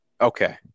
Okay